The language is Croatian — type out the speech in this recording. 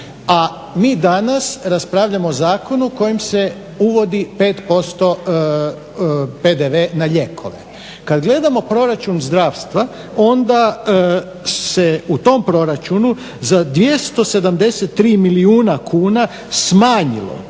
A mi danas raspravljamo o zakonu kojim se uvodi 5% PDV na lijekove. Kad gledamo proračun zdravstva onda se u tom proračunu za 273 milijuna kuna smanjilo,